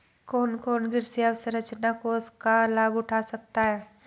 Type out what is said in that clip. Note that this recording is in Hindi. कौन कौन कृषि अवसरंचना कोष का लाभ उठा सकता है?